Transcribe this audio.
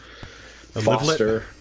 Foster